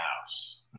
house